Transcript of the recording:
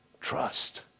trust